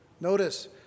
notice